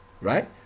right